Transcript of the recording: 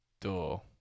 door